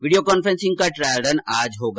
video conferencing का trial run आज होगा